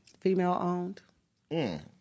Female-owned